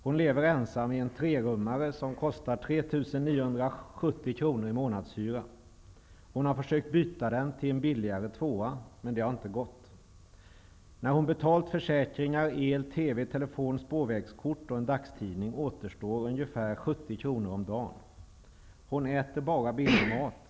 Hon lever ensam i en trerummare som kostar 3 970 kr i månadshyra. Hon har försökt byta den till en billigare tvåa, men det har inte gått. När hon har betalat försäkringar, el, TV, telefon, spårvägskort och en dagstidning återstår ca 70 kr om dagen. Hon äter bara billig mat.